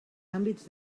àmbits